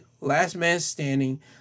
last-man-standing